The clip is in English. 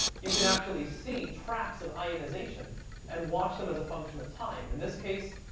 you can actually see tracks of ionization and watch them as a function of time. in this case,